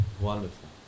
Wonderful